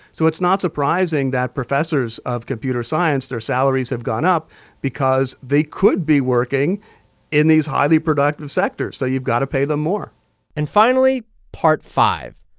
so it's not surprising that professors of computer science, their salaries have gone up because they could be working in these highly productive sectors. so you've got to pay them more and finally part five